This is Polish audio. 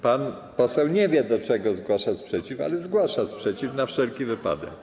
Pan poseł nie wie, wobec czego zgłasza sprzeciw, ale zgłasza sprzeciw na wszelki wypadek.